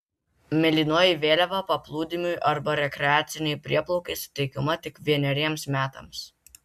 mėlynoji vėliava paplūdimiui arba rekreacinei prieplaukai suteikiama tik vieneriems metams